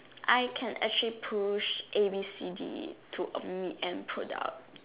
I can actually push A B C D to a meet to product